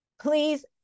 please